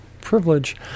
privilege